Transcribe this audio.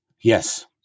yes